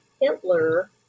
Hitler